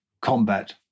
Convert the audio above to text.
combat